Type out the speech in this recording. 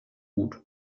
gut